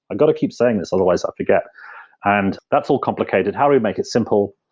ah got to keep saying this, otherwise i'll forget and that's all complicated. how we make it simple?